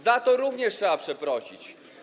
Za to również trzeba przeprosić.